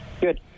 Good